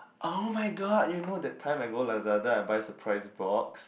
[oh]-my-god you know that time I go Lazada I buy surprise box